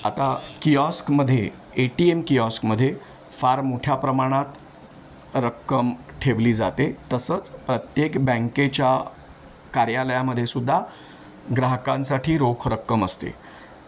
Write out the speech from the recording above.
आता कियॉस्कमध्ये A T M कियॉस्कमध्ये फार मोठ्या प्रमाणात रक्कम ठेवली जाते तसंच प्रत्येक बँकेच्या कार्यालयामध्ये सुुद्धा ग्राहकांसाठी रोख रक्कम असते